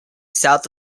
south